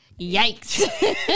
Yikes